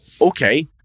Okay